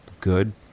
good